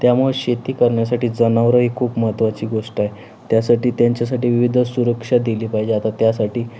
त्यामुळे शेती करण्यासाठी जनावरं ही खूप महत्त्वाची गोष्ट आहे त्यासाठी त्यांच्यासाठी विविध सुरक्षा दिली पाहिजे आता त्यासाठी